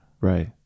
Right